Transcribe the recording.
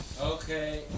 okay